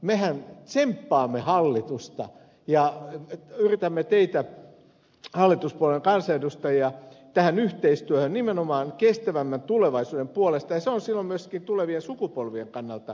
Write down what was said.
mehän nimenomaan tsemppaamme hallitusta ja yritämme saada teitä hallituspuolueiden kansanedustajia tähän yhteistyöhön nimenomaan kestävämmän tulevaisuuden puolesta ja se on silloin myös tulevien sukupolvien kannalta kestävää